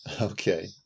okay